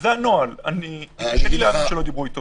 זה הנוהל, קשה לי להאמין שלא דיברו איתו.